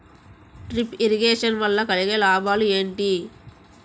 Drip irrigation వల్ల కలిగే లాభాలు ఏంటి?